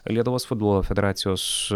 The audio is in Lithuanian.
lietuvos futbolo federacijos